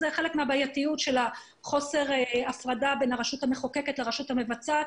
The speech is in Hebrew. זה חלק מהבעייתיות של חוסר ההפרדה בין הרשות המחוקקת לבין הרשות המבצעת.